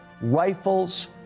rifles